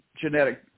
genetic